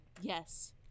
Yes